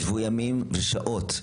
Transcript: ישבו ימים ושעות,